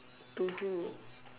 to who